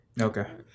Okay